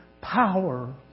power